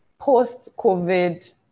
post-COVID